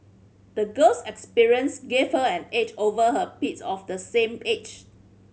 the girl's experience gave her an edge over her peers of the same age